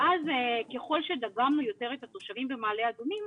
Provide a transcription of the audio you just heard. ואז ככל שדגמנו יותר את התושבים במעלה אדומים,